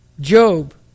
Job